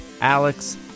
Alex